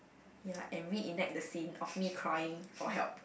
ya and re-enact the scene of me crying for help